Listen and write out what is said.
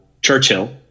Churchill